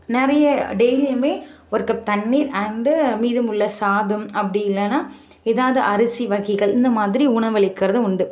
நெறைய டெய்லியுமே ஒரு கப் தண்ணிர் அண்டு மீதமுள்ள சாதம் அப்படி இல்லைன்னா எதாவது அரிசி வகைகள் இந்தமாதிரி உணவளிக்கிறதும் உண்டு